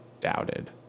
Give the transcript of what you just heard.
doubted